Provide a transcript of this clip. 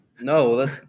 No